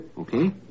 Okay